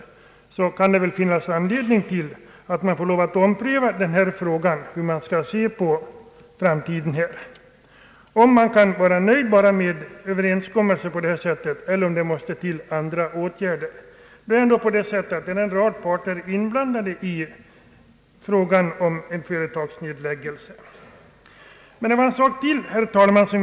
Inträffar det fler sådana här fall finns det anledning att ompröva frågan hur man skall se på frågan i framtiden — om man skall vara nöjd med de överenskommelser som finns eller om det måste till en lagstiftning. Vid en företagsnedläggelse är ändå en hel del parter inblandade.